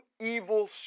evil